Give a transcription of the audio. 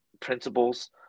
principles